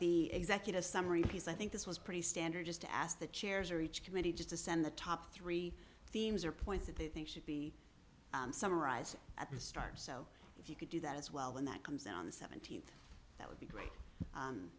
the executive summary piece i think this was pretty standard just to ask the chairs or each committee just to send the top three themes or points that they think should be summarized at the start so if you could do that as well when that comes out on the th that would be great